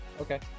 Okay